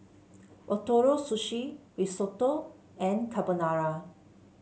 Ootoro Sushi Risotto and Carbonara